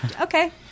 okay